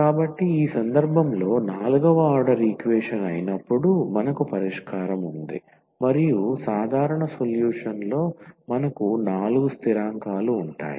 కాబట్టి ఈ సందర్భంలో నాల్గవ ఆర్డర్ ఈక్వేషన్ అయినప్పుడు మనకు పరిష్కారం ఉంది మరియు సాధారణ సొల్యూషన్ లో మనకు నాలుగు స్థిరాంకాలు ఉంటాయి